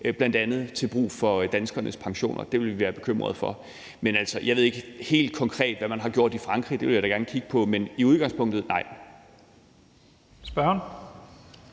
bl.a. til danskernes pensioner? Det ville vi være bekymret for. Jeg ved ikke helt konkret, hvad man har gjort i Frankrig. Det vil jeg da gerne kigge på, men i udgangspunktet